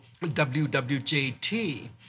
WWJT